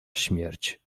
śmierć